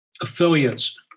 affiliates